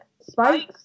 Spike's